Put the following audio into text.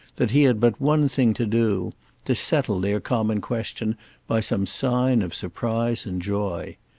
that he had but one thing to do to settle their common question by some sign of surprise and joy.